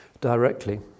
directly